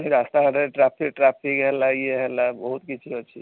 ପୁଣି ରାସ୍ତାଘାଟରେ traffic traffic ହେଲା ଇଏ ହେଲା ବହୁତ କିଛି ଅଛି